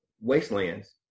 wastelands